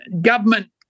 government